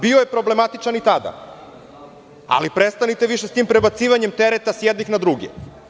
Bio je problematičan i tada, ali prestanite više s timprebacivanjem tereta s jednih na druge.